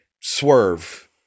swerve